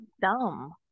dumb